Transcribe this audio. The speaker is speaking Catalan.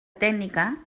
tècnica